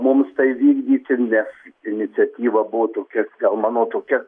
mums tai vykdyti nes iniciatyva buvo tokia gal mano tokia